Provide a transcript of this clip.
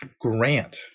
grant